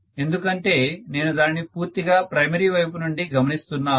ఎందుకంటే నేను దానిని పూర్తిగా ప్రైమరీ వైపు నుండి గమనిస్తున్నాను